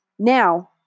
Now